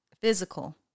physical